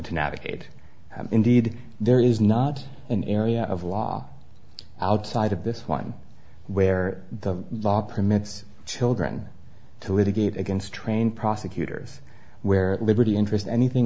to navigate indeed there is not an area of law outside of this one where the law permits children to litigate against train prosecutors where liberty interest anything